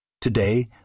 Today